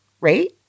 right